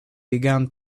began